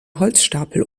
holzstapel